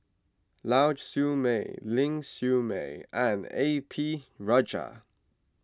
Lau Siew Mei Ling Siew May and A P Rajah